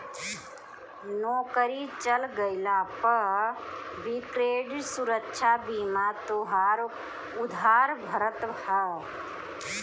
नोकरी चल गइला पअ भी क्रेडिट सुरक्षा बीमा तोहार उधार भरत हअ